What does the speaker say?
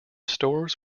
stores